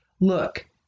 Look